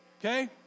Okay